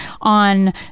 on